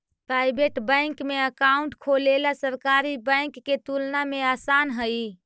private bank में account खोलेला सरकारी बैंक के तुलना में आसान हइ